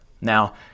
Now